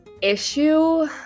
issue